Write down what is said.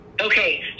Okay